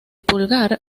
pulgar